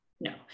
No